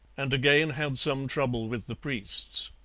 and again had some trouble with the priests.